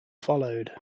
followed